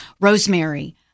rosemary